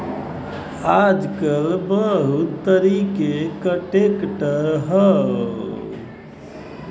आजकल बहुत तरीके क ट्रैक्टर हौ